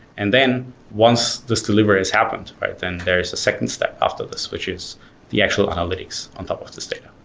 and then once this delivery has happened right then, there is a second step after this, which is the actual analytics on top of this data.